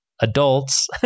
adults